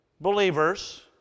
believers